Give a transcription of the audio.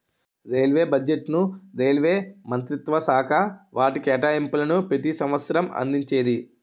railway బడ్జెట్ను railway మంత్రిత్వశాఖ వాటి కేటాయింపులను ప్రతి సంవసరం అందించేది